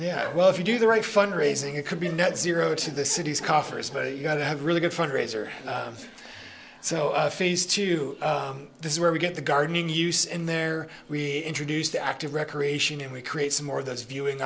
yeah well if you do the right fund raising it could be a net zero to the city's coffers but you've got to have a really good fundraiser so phase two this is where we get the gardening use in there we introduce the active recreation and we create some more of those viewing